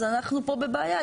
אז אנחנו פה בבעיה.